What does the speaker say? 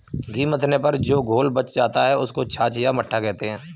घी मथने पर जो घोल बच जाता है, उसको छाछ या मट्ठा कहते हैं